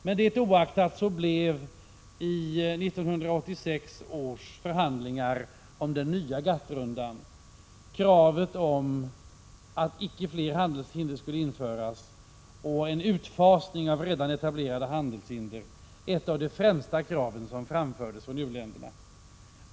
Men detta oaktat blev i 1986 års förhandlingar om den nya GATT-rundan kravet på att icke fler handelshinder skulle införas och en utfasning av redan etablerade hinder ett av de främsta kraven som framfördes från u-länderna.